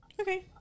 Okay